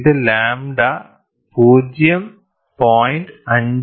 ഇത് ലാംഡ 0